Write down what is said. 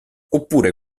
oppure